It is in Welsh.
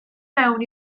mewn